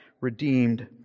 redeemed